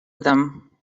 them